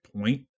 point